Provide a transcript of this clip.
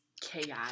chaotic